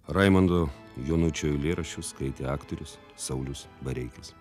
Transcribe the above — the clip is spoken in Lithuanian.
raimondo jonučio eilėraščius skaitė aktorius saulius bareikis